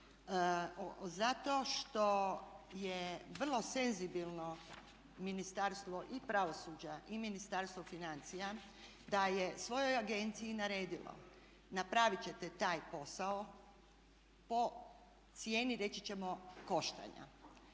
Zato što je vrlo senzibilno Ministarstvo i pravosuđa i Ministarstvo financija da je svojoj agenciji naredilo, napraviti ćete taj posao po cijeni reći ćemo koštanja.